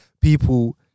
People